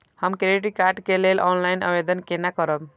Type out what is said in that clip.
हम credit card के लेल ऑनलाइन आवेदन केना करब?